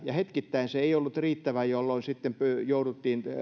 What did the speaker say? ja hetkittäin se ei ollut riittävä jolloin sitten jouduttiin